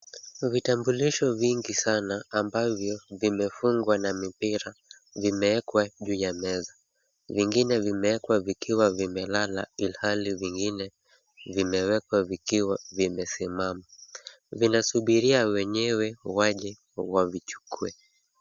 Vitambulisho vingi sana ambavyo vimefungwa na mipira, vimewekwa juu ya meza. Vingine vimeekwa vikiwa vimelala ilhali vingine vimewekwa vikiwa vimesimama. Vinasubiria wenyewe waje wavichukue.